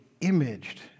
imaged